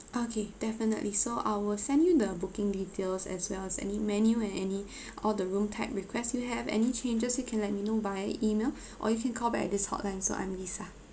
okay definitely so I will send you the booking details as well as any menu and any all the room type request you have any changes you can let me know via email or you can call back at this hotline so I'm lisa